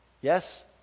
Yes